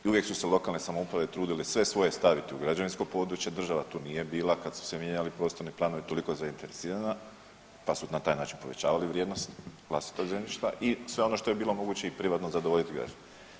I uvijek su se lokalne samouprave trudile sve svoje staviti u građevinsko područje, država tu nije bila kada su se mijenjali prostorni planovi, toliko je zainteresirana pa su na taj način povećavali vrijednost vlastitog zemljišta i sve ono što je bilo moguće i privatno zadovoljiti građane.